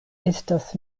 estas